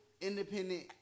independent